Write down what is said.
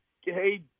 hey